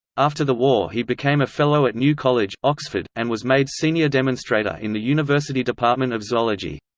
after the war he became a fellow at new college, oxford, and was made senior demonstrator in the university department of zoology.